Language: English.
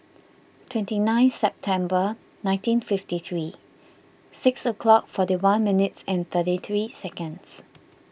twenty nine September nineteen fifty three six o'clock forty one minutes and thirty three seconds